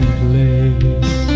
place